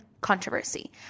controversy